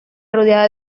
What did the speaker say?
rodeada